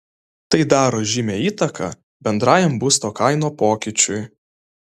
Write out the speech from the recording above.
tai daro žymią įtaką bendrajam būsto kainų pokyčiui